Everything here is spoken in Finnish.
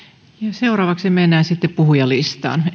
seuraavaksi mennään sitten puhujalistaan